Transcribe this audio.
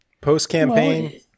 Post-campaign